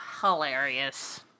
hilarious